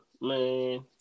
Man